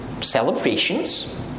celebrations